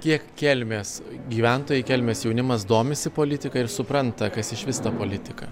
kiek kelmės gyventojai kelmės jaunimas domisi politika ir supranta kas išvis ta politika